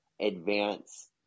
advance